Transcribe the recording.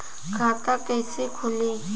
खाता कइसे खुली?